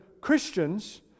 Christians